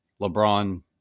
LeBron